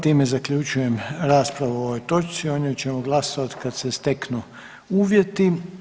Time zaključujem raspravu o ovoj točci, o njoj ćemo glasovat kad se steknu uvjeti.